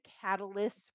catalyst